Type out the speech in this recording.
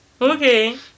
Okay